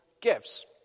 gifts